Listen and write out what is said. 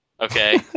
Okay